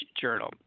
journal